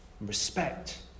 Respect